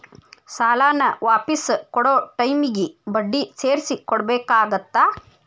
ಸಾಲಾನ ವಾಪಿಸ್ ಕೊಡೊ ಟೈಮಿಗಿ ಬಡ್ಡಿ ಸೇರ್ಸಿ ಕೊಡಬೇಕಾಗತ್ತಾ